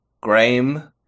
Graham